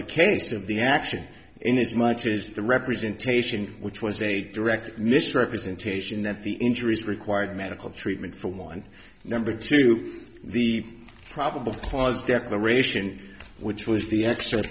the case of the action in this much is the representation which was a direct misrepresentation that the injuries required medical treatment for one number two the probable cause declaration which was the